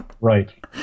Right